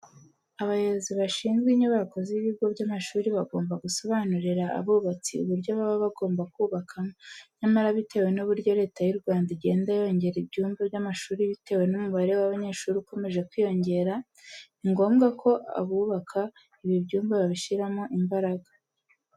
Abayobozi bashinzwe inyubako z'ibigo by'amashuri bagomba gusobanurira abubatsi uburyo baba bagomba kubakamo. Nyamara bitewe n'uburyo Leta y'u Rwanda igenda yongera ibyumba by'amashuri bitewe n'umubare w'abanyeshuri ukomeje kwiyongera, ni ngombwa ko abubaka ibi byumba bashyiramo imbaraga.